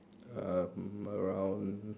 um around